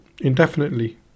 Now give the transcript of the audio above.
indefinitely